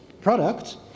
products